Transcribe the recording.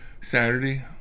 Saturday